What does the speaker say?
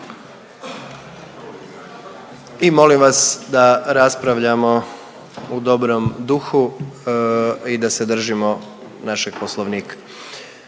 i molim vas da raspravljamo u dobrom duhu i da se držimo našeg poslovnika.